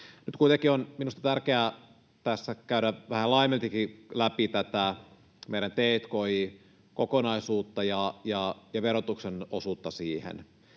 Nyt kuitenkin on minusta tärkeää käydä tässä vähän laajemmaltikin läpi tätä meidän t&k&i-kokonaisuutta ja verotuksen osuutta siinä.